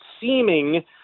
seeming